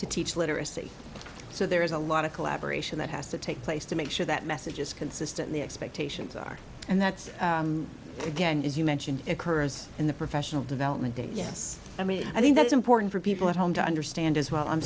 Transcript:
to teach literacy so there is a lot of collaboration that has to take place to make sure that messages consistently expectations are and that's again as you mentioned occurs in the professional development days yes i mean i think that's important for people at home to understand as well i'm